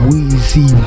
Weezy